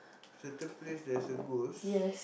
certain place there's a ghost